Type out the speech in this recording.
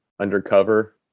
undercover